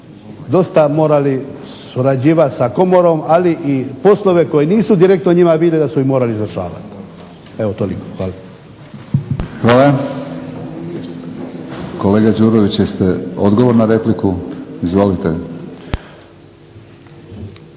dosta morali surađivati sa Komorom, ali i poslove koji nisu direktno u njima bili da su ih morali izvršavati. Evo toliko. Hvala.